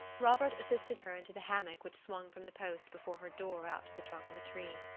robert assisted her into the hammock which swung from the post before her door out to the trunk of a tree.